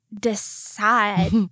decide